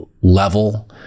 level